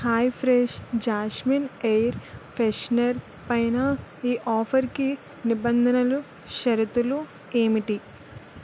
high fresh jasmine air freshener పైన ఈ ఆఫరుకి నిబంధనలు షరతులు ఏంటి